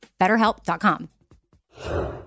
BetterHelp.com